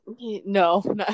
No